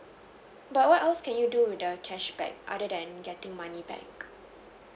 but what else can you do with the cashback other than getting money back